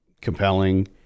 compelling